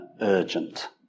urgent